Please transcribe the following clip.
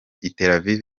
aviv